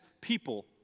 people